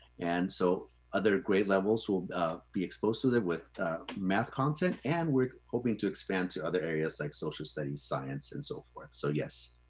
and so other grade levels will be exposed to it with math content. and we're hoping to expand to other areas like social studies, science and so forth. so yes,